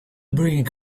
brink